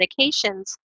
medications